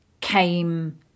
came